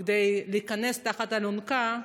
כדי להיכנס תחת האלונקה,